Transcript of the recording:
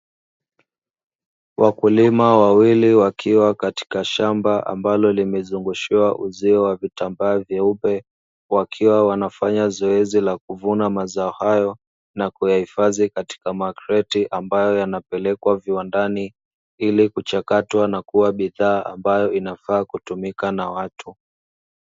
Wakulima wawili wakiwa katika shamba ambalo limezungushiwa uzio wa vitambaa vyeupe, wakiwa wanafanya zoezi la kuvuna mazao hayo, na kuyahifadhi katika makreti ambayo yanapelekwa viwandani ili kuchakatwa na kuwa bidhaa ambayo inafaa kutumika na watu.